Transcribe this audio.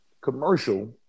commercial